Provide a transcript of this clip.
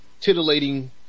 titillating